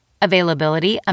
Availability